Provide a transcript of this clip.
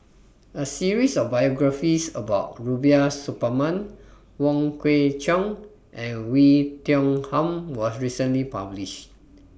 A series of biographies about Rubiah Suparman Wong Kwei Cheong and Oei Tiong Ham was recently published